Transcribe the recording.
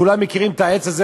כולם מכירים את העץ הזה,